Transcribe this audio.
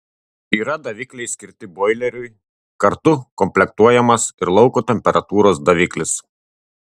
yra davikliai skirti boileriui kartu komplektuojamas ir lauko temperatūros daviklis